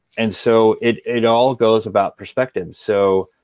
and so it it all goes about perspective. so